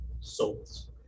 souls